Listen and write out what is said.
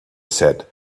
said